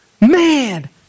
Man